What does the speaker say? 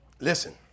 Listen